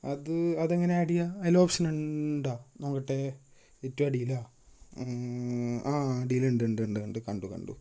അത് അതെങ്ങനെയാണ് ആഡ് ചെയ്യാൻ അതിൽ ഓപ്ഷന്ണ്ടോ നോക്കട്ടെ ഏറ്റോം അടിയിലാണ് ആ അടീലിണ്ട് ഉണ്ട് ഉണ്ട് ഉണ്ട് കണ്ടു കണ്ടു